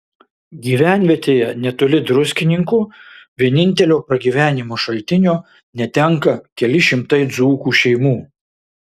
gyvenvietėje netoli druskininkų vienintelio pragyvenimo šaltinio netenka keli šimtai dzūkų šeimų